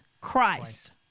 Christ